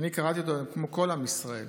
שקראתי אותו כמו כל עם ישראל,